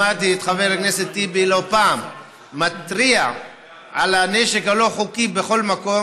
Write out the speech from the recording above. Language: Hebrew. שמעתי את חבר הכנסת טיבי לא פעם מתריע על הנשק הלא-חוקי בכל מקום,